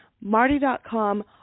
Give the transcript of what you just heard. Marty.com